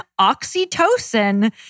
oxytocin